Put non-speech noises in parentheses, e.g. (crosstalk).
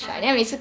(laughs)